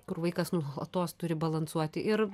kur vaikas nu nuolatos turi balansuoti ir